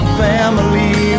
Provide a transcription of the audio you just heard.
family